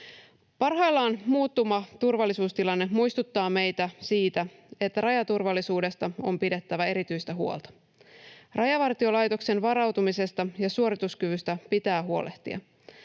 Parhaillaan muuttuva turvallisuustilanne muistuttaa meitä siitä, että rajaturvallisuudesta on pidettävä erityistä huolta. Rajavartiolaitoksen varautumisesta ja suorituskyvystä pitää huolehtia.